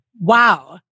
Wow